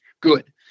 good